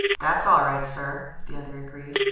that's all right, sir, the other agreed.